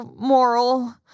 moral